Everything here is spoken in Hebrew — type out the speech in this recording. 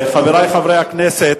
חברי חברי הכנסת,